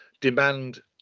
demand